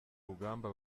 rugamba